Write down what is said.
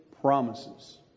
promises